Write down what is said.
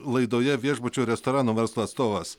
laidoje viešbučių restoranų verslo atstovas